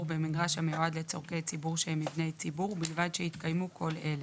במגרש המיועד לצורכי ציבור שהם מבני ציבור ובלבד שהתקיימו כל אלה: